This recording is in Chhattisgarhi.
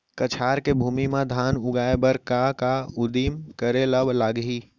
कछार के भूमि मा धान उगाए बर का का उदिम करे ला लागही?